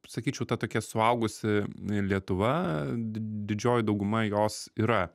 sakyčiau ta tokia suaugusi lietuva di didžioji dauguma jos yra